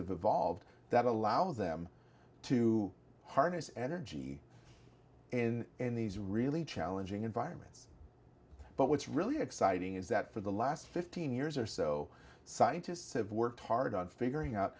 evolved that allows them to harness energy in in these really challenging environments but what's really exciting is that for the last fifteen years or so scientists have worked hard on figuring out